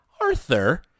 Arthur